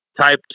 type